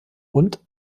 und